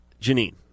janine